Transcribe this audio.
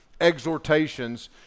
exhortations